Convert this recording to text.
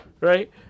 Right